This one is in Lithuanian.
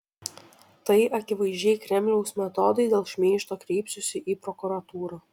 tai akivaizdžiai kremliaus metodai dėl šmeižto kreipsiuosi į prokuratūrą